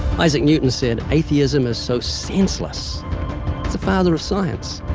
isaac newton said, atheism is so senseless. that's the father of science.